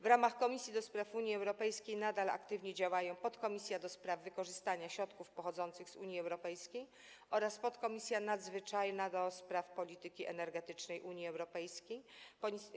W ramach Komisji do Spraw Unii Europejskiej nadal aktywnie działają podkomisja stała do spraw wykorzystania środków pochodzących z Unii Europejskiej oraz podkomisja nadzwyczajna do spraw polityki energetycznej Unii Europejskiej.